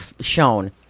shown